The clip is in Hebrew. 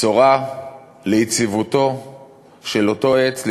בשורה ליציבותו של אותו עץ,